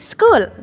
School